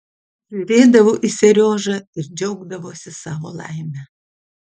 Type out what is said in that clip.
žiūrėdavo į seriožą ir džiaugdavosi savo laime